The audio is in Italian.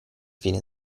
fine